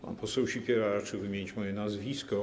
Pan poseł Sipiera raczył wymienić moje nazwisko.